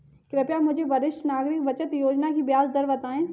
कृपया मुझे वरिष्ठ नागरिक बचत योजना की ब्याज दर बताएं